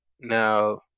Now